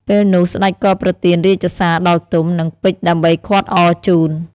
ពេលនោះសេ្តចក៏ប្រទានរាជសារដល់ទុំ និងពេជ្រដើម្បីឃាត់អរជូន។